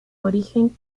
origen